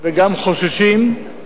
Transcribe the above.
וגם חוששים,